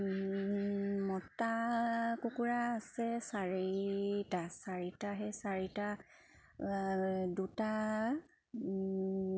মতা কুকুৰা আছে চাৰিটা চাৰিটা সেই চাৰিটা দুটা